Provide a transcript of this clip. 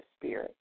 Spirit